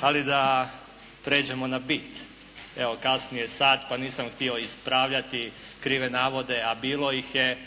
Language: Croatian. Ali da prijeđemo na bit. Evo, kasni je sat pa nisam htio ispravljati krive navode, a bilo ih je,